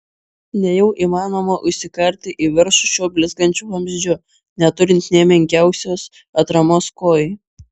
nejau įmanoma užsikarti į viršų šiuo blizgančiu vamzdžiu neturint nė menkiausios atramos kojai